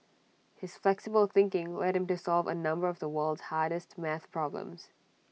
his flexible thinking led him to solve A number of the world's hardest math problems